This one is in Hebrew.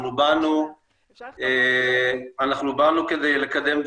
אנחנו באנו כדי לקדם דברים.